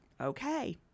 okay